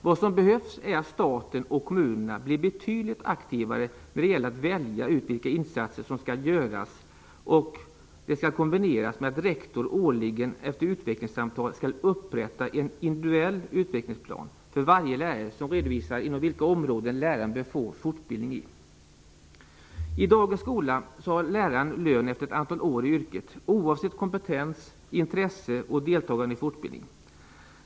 Vad som behövs är att staten och kommunerna blir betydligt aktivare när det gäller att välja ut vilka insatser som skall göras, och det skall kombineras med att rektor årligen efter utvecklingssamtal skall upprätta en individuell utvecklingsplan för varje lärare som redovisar inom vilka områden läraren bör få fortbildning. I dagens skola har läraren lön efter antal år i yrket oavsett kompetens, intresse och deltagande i fortbildning.